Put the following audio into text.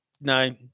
no